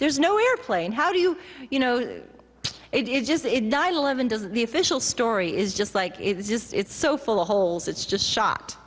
there's no airplane how do you you know it is just it nine eleven does the official story is just like it's just it's so full of holes it's just